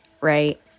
right